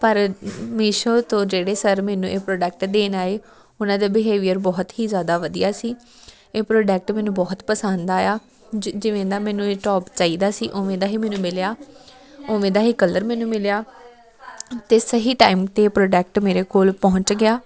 ਪਰ ਮੀਸ਼ੋ ਤੋਂ ਜਿਹੜੇ ਸਰ ਮੈਨੂੰ ਇਹ ਪ੍ਰੋਡਕਟ ਦੇਣ ਆਏ ਉਹਨਾਂ ਦਾ ਬਿਹੇਵੀਅਰ ਬਹੁਤ ਹੀ ਜ਼ਿਆਦਾ ਵਧੀਆ ਸੀ ਇਹ ਪ੍ਰੋਡਕਟ ਮੈਨੂੰ ਬਹੁਤ ਪਸੰਦ ਆਇਆ ਜ ਜਿਵੇਂ ਦਾ ਮੈਨੂੰ ਇਹ ਟੋਪ ਚਾਹੀਦਾ ਸੀ ਉਵੇਂ ਦਾ ਹੀ ਮੈਨੂੰ ਮਿਲਿਆ ਉਵੇਂ ਦਾ ਹੀ ਕਲਰ ਮੈਨੂੰ ਮਿਲਿਆ ਅਤੇ ਸਹੀ ਟਾਈਮ 'ਤੇ ਪ੍ਰੋਡਕਟ ਮੇਰੇ ਕੋਲ ਪਹੁੰਚ ਗਿਆ